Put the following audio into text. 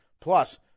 Plus